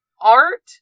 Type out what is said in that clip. art